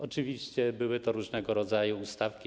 Oczywiście były to różnego rodzaju ustawki.